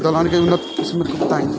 दलहन के उन्नत किस्म बताई?